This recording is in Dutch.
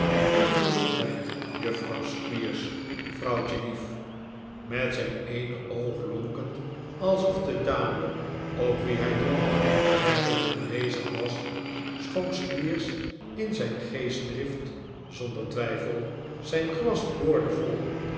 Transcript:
uw gezondheid juffrouw squeers vrouwtjelief met zijn eene oog lonkend alsof de dame op wie hij dronk werkelijk aanwezig was schonk squeers in zijn geestdrift zonder twijfel zijn glas boordevol